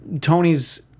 Tony's